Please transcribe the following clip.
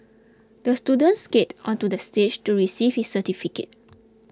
the student skated onto the stage to receive his certificate